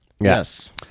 Yes